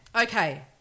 Okay